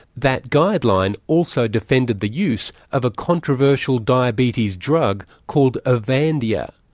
that guideline also defended the use of a controversial diabetes drug called avandia,